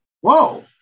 Whoa